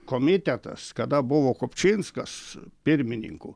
komitetas kada buvo kupčinskas pirmininku